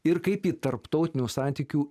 ir kaip į tarptautinių santykių